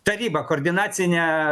tarybą koordinacinę